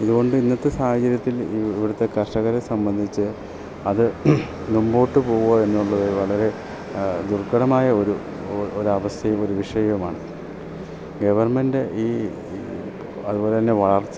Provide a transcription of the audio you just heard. അതുകൊണ്ട് ഇന്നത്തെ സാഹചര്യത്തിൽ ഇവിടുത്തെ കർഷകരെ സംബന്ധിച്ച് അത് മുമ്പോട്ട് പോവ്വോ എന്നുള്ളത് വളരെ ദുർഘടമായ ഒരു ഒരു അവസ്ഥ ഒരു വിഷയമാണ് ഗെവർമെൻ്റ് ഈ അതുപോലെ തന്നെ വളർച്ച